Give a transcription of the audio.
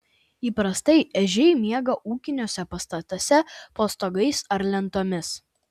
įprastai ežiai miega ūkiniuose pastatuose po stogais ar lentomis